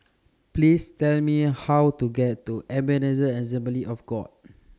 Please Tell Me How to get to Ebenezer Assembly of God